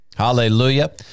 hallelujah